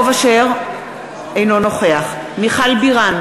אינו נוכח מיכל בירן,